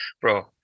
bro